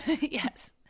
Yes